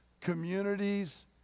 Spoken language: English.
communities